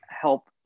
help